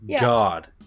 God